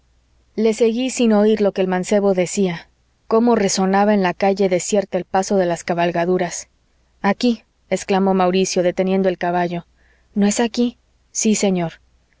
le seguí sin oir lo que el mancebo decía cómo resonaba en la calle desierta el paso de las cabalgaduras aquí exclamó mauricio deteniendo el caballo no es aquí sí señor